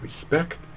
respect